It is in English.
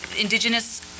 indigenous